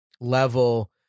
level